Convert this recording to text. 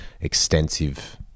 extensive